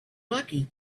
lucky